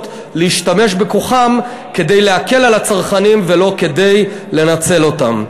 להשתמש בכוחן כדי להקל על הצרכנים ולא כדי לנצל אותם.